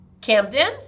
Camden